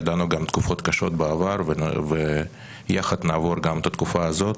ידענו גם תקופות קשות בעבר ויחד נעבור גם את התקופה הזאת.